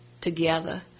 together